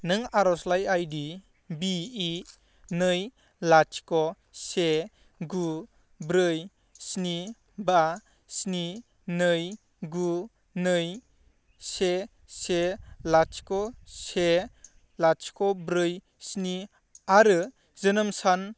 नों आर'जलाइ आइडि बि इ नै लाथिख' से गु ब्रै स्नि बा स्नि नै गु नै से से लाथिख' से लाथिख' ब्रै स्नि आरो जोनोम सान